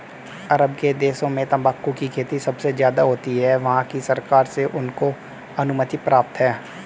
अरब के देशों में तंबाकू की खेती सबसे ज्यादा होती है वहाँ की सरकार से उनको अनुमति प्राप्त है